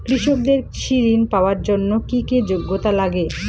কৃষকদের কৃষি ঋণ পাওয়ার জন্য কী কী যোগ্যতা লাগে?